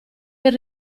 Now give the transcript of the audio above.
per